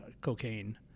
cocaine